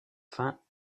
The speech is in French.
fins